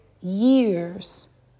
years